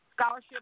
scholarship